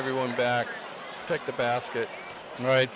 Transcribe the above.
everyone back to the basket right